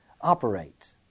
operate